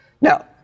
Now